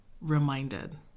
reminded